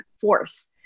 force